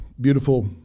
beautiful